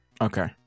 Okay